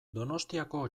donostiako